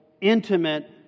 intimate